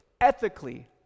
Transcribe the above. ethically